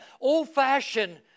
old-fashioned